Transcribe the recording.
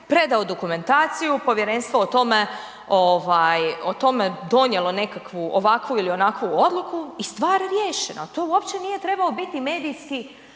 predao dokumentaciju, povjerenstvo o tome ovaj o tome donijelo nekakvu ovakvu ili onakvu odluku i stvar riješena. To uopće nije trebao biti medijski